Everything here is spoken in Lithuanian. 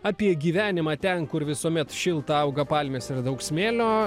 apie gyvenimą ten kur visuomet šilta auga palmės yra daug smėlio